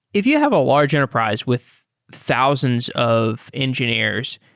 if you have a large enterprise with thousands of engineers,